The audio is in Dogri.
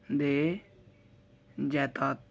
दे जैदातर